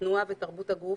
תנועה ותרבות הגוף,